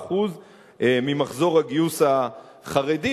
64% ממחזור הגיוס החרדי.